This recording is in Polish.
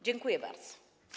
Dziękuję bardzo.